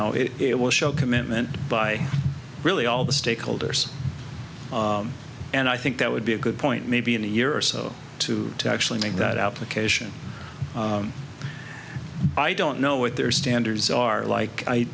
know it will show commitment by really all the stakeholders and i think that would be a good point maybe in a year or so to actually make that application i don't know what their standards are like i